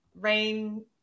rain